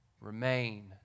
Remain